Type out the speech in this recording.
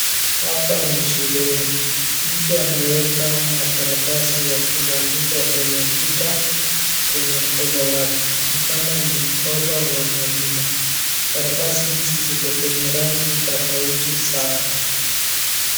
Hapa ni shuleni. Mtu ameweka makaratasi ya kubandikwa kwenye ukuta kwenye mkoba wake. Ni kama ni mkoba wa mwalimu. Karatasi hizi ziko kwenye rangi tofauti sana.